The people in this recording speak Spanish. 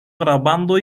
grabando